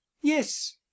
yes